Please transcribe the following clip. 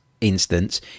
instance